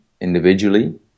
individually